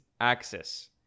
axis